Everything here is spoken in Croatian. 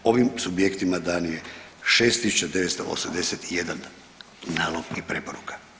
Ovim subjektima dan je 6981 nalog i preporuka.